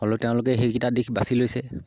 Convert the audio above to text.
হ'লেও তেওঁলোকে সেইকেইটা দিশ বাচি লৈছে